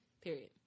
Period